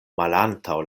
malantaŭ